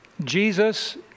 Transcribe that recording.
Jesus